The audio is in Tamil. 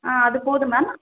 ஆ அது போதும் மேம்